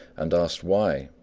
and asked why,